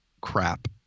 crap